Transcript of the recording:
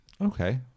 Okay